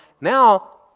now